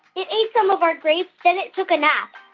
it ate some of our grapes. then it took a nap.